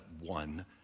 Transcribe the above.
one